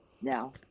now